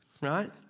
right